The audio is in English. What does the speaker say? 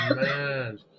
man